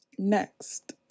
next